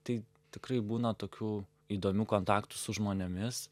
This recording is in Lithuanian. tai tikrai būna tokių įdomių kontaktų su žmonėmis